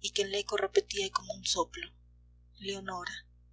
y que el eco repetía como un soplo leonora